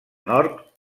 nord